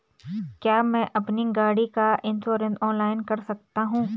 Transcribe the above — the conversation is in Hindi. क्या मैं अपनी गाड़ी का इन्श्योरेंस ऑनलाइन कर सकता हूँ?